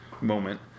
moment